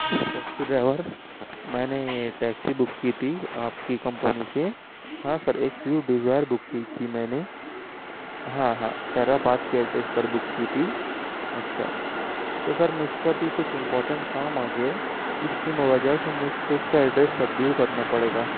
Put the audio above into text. taxi driver میں نے یہ ٹیکسی بک کی تھی آپ کی کمپنی سے ہاں سر ایک سویفٹ ڈیزائر بک کی تھی میں نے ہاں ہاں خیرآباد کے ایڈریس پر بک کی تھی اچھا تو سر مجھ کو ابھی کچھ امپورٹینٹ کام آ گیا ہے جس کی وجہ سے مجھ کو اس کا ایڈریس تبدیل کرنا پڑے گا